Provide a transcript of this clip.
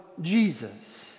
Jesus